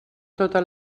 tota